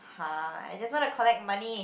!huh! I just want to collect money